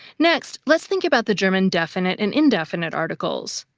next, let's think about the german definite and indefinite articles.